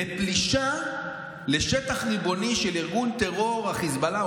לפלישה לשטח ריבוני של ארגון טרור החיזבאללה,